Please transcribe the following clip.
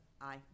aye